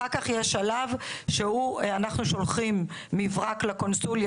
אחר כך יש שלב שאנחנו שולחים מברק לקונסוליה